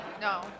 no